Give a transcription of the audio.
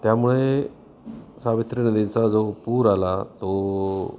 त्यामुळे सावित्री नदीचा जो पूर आला तो